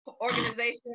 organization